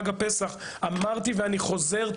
אמרתי ואני חוזר ואומר,